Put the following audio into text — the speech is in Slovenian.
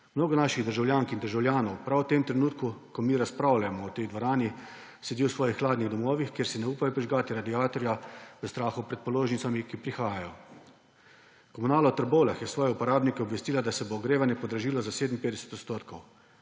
Mnogo naših državljank in državljanov prav v tem trenutku, ko mi razpravljamo v tej dvorani, sedi v svojih hladnih domovih, ker si ne upajo prižgati radiatorja v strahu pred položnicami, ki prihajajo. Komunala v Trbovljah je svoje uporabnike obvestila, da se bo ogrevanje podražilo za 57 %.